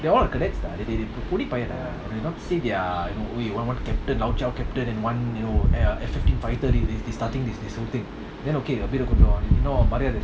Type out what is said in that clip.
they're all uh cadets lah they they not say they are you know !oi! one one captain lao chao captain and one you know F fifteen fighter they starting this this whole thing then okay a bit கொஞ்சம்இன்னும்:konjam innum